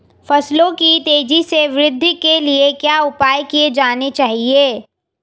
फसलों की तेज़ी से वृद्धि के लिए क्या उपाय किए जाने चाहिए?